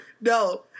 no